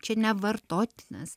čia nevartotinas